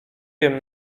wiem